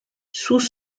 sous